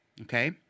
okay